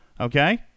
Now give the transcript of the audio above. Okay